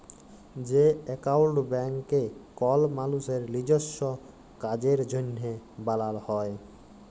যে একাউল্ট ব্যাংকে কল মালুসের লিজস্য কাজের জ্যনহে বালাল হ্যয়